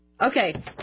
Okay